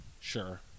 Sure